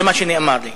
זה מה שנאמר לי,